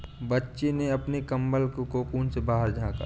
बच्चे ने अपने कंबल के कोकून से बाहर झाँका